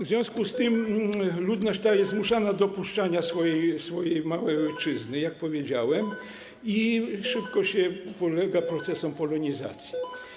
W związku z tym ludność ta jest zmuszana do opuszczania swojej małej ojczyzny, jak powiedziałem, i szybko ulega procesom polonizacji.